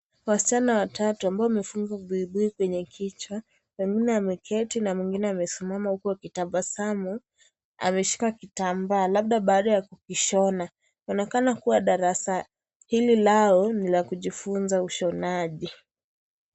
Wasichana watatu ambao wamefunga buibui kwenye kichwa, mwingine ameketi na mwingine amesimama huku akitabasamu. Ameshika kitambaa labda baada ya kukishona. Inaonekana kuwa darasa hili lao ni la kujifunza ushonaji.